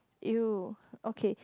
you okay